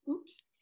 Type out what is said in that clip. oops